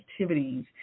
activities